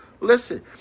Listen